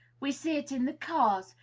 we see it in the cars,